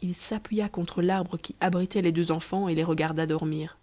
il s'appuya contre l'arbre qui abritait les deux enfants et les regarda dormir